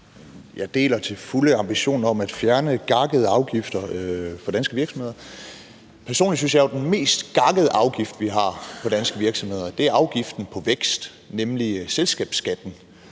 Jeg deler til fulde ambitionen om at fjerne gakkede afgifter på danske virksomheder. Personligt synes jeg jo, at den mest gakkede afgift, vi har på danske virksomheder, er afgiften på vækst, nemlig selskabsskatten.